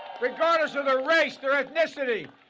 regardless of the race, there at the city,